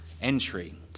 Entry